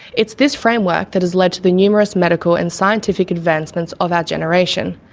it's this framework that has led to the numerous medical and scientific advancements of our generation.